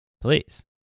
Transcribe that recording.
please